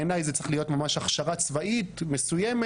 בעיניי זה צריך להיות ממש הכשרה צבאית מסוימת,